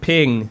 Ping